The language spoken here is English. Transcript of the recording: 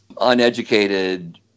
uneducated